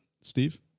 Steve